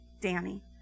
Danny